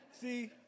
See